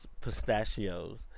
pistachios